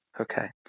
Okay